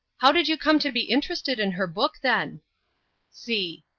how did you come to be interested in her book, then c.